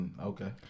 Okay